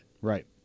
Right